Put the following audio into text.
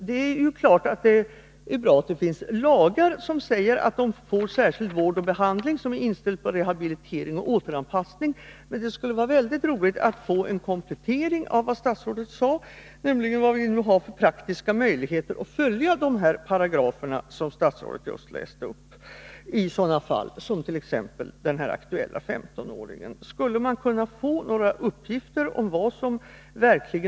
Det är klart att det är bra att det finns lagar som säger att barnen skall få särskild vård och behandling som är inställd på rehabilitering och återanpassning, men det vore önskvärt att få en komplettering till statsrådets svar, nämligen uppgifter om vad vi i sådana fall som detta med den aktuelle 15-åringen har för praktiska möjligheter att följa de lagparagrafer som statsrådet läste upp.